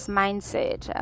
mindset